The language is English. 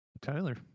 Tyler